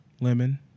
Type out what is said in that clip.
lemon